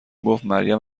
گفتمریم